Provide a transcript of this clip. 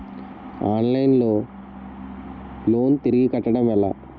Online లో loan తిరిగి కట్టడం ఎలా?